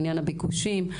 לעניין הביקושים.